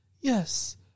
Yes